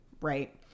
Right